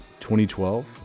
2012